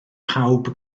pawb